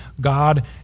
God